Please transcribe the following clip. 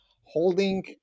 holding